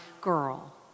girl